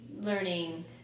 learning